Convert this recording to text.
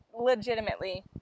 legitimately